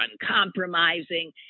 uncompromising